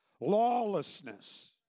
lawlessness